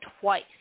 twice